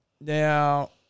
Now